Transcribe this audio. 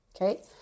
okay